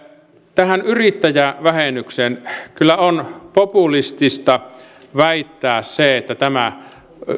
tähän yrittäjävähennykseen kyllä on populistista väittää että tämä